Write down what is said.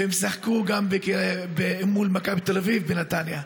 והם שיחקו גם מול מכבי תל אביב בנתניה.